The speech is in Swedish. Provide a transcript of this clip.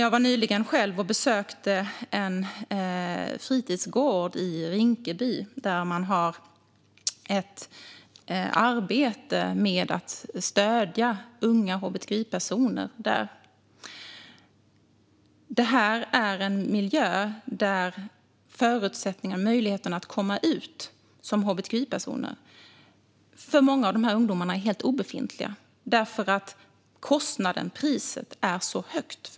Jag besökte nyligen en fritidsgård i Rinkeby där man bedriver ett arbete med att stödja unga hbtqi-personer. Detta är en miljö där förutsättningarna för och möjligheterna att komma ut som hbtqi-personer för många av dessa ungdomar är helt obefintliga därför att priset för dem är så högt.